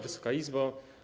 Wysoka Izbo!